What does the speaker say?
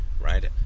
right